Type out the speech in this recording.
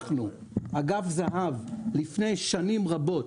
אנחנו, אגף זה"ב, לפני שנים רבות